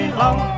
long